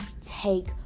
take